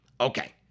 Okay